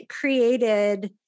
created